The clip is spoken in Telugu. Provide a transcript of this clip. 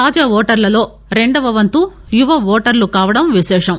తాజా ఓటర్లలో రెండవ వంతు యువ ఓటర్లు కావడం విశేషం